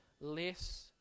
less